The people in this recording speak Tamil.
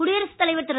குடியரசுத் தலைவர் திரு